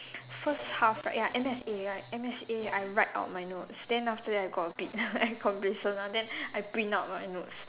first half right ya M_S_A right M_S_A I write out my notes then after that I got a bit complacent ah then I print out my notes